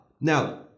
Now